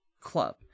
Club